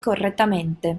correttamente